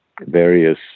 various